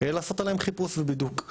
לעשות עליהם חיפוש ובידוק.